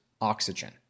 oxygen